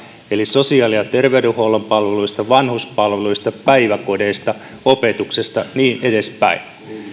eli sosiaali ja terveydenhuollon palveluista vanhuspalveluista päiväkodeista opetuksesta niin edespäin